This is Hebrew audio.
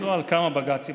מדובר על כמה בג"צים,